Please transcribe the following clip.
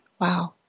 Wow